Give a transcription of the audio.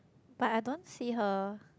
but I don't see her